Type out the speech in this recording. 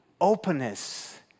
openness